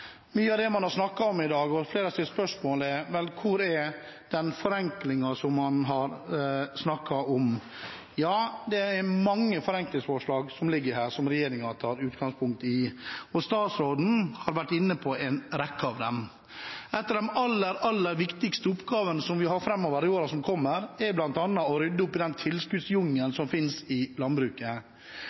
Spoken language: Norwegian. Mye av det man har snakket om i dag, og noe flere har stilt spørsmål ved, er hvor den forenklingen som man har snakket om, er. Det er mange forenklingsforslag som ligger her, som regjeringen tar utgangspunkt i. Statsråden har vært inne på en rekke av dem. En av de aller, aller viktigste oppgavene vi har i årene som kommer, er bl.a. å rydde opp i den tilskuddsjungelen som finnes i landbruket.